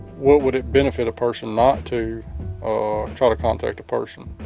what would it benefit a person not to try to contact a person?